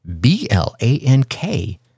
B-L-A-N-K